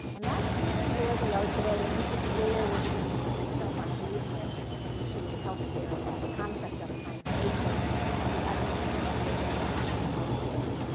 and that's really where we are today, and this is where we're beginning to see so much movement into health care and that concept of translation of the evidence that we're learning into health care.